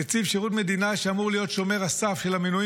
נציב שירות מדינה שאמור להיות שומר הסף של המינויים